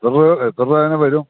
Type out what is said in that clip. എത്ര രൂപ എത്ര രൂപ അതിനു വരും